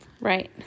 Right